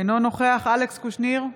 אינו נוכח אלכס קושניר,